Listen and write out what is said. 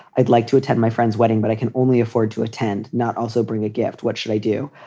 i'd like to attend my friend's wedding, but i can only afford to attend, not also bring a gift. what should i do?